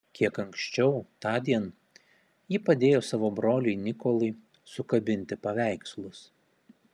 kiek anksčiau tądien ji padėjo savo broliui nikolui sukabinti paveikslus